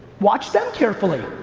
watch them carefully.